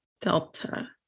Delta